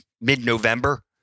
mid-November